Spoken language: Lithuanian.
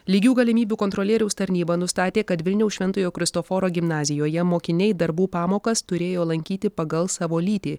lygių galimybių kontrolieriaus tarnyba nustatė kad vilniaus šventojo kristoforo gimnazijoje mokiniai darbų pamokas turėjo lankyti pagal savo lytį